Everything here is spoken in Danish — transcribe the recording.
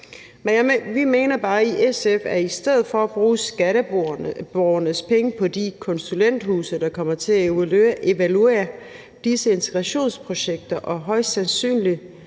vi synes bare i SF, at man i stedet for at bruge skatteborgernes penge på de konsulenthuse, der kommer til at evaluere disse integrationsprojekter, og som højst sandsynligt